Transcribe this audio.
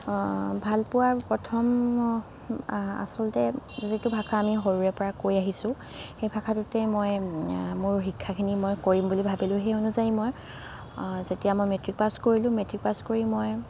ভাল পোৱা প্ৰথম আচলতে যিটো ভাষা আমি সৰুৰে পৰা কৈ আহিছোঁ সেই ভাষাটোতে মই মোৰ শিক্ষাখিনি মই কৰিম বুলি ভাবিলোঁ সেই অনুযায়ী মই যেতিয়া মই মেট্ৰিক পাছ কৰিলোঁ মেট্ৰিক পাছ কৰি মই